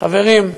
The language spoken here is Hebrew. חברים,